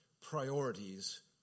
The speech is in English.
priorities